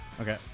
Okay